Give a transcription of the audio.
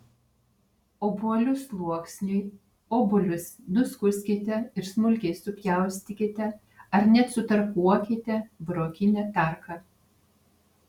obuolių sluoksniui obuolius nuskuskite ir smulkiai supjaustykite ar net sutarkuokite burokine tarka